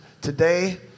today